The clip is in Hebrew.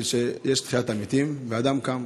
יש תחיית המתים ואדם קם,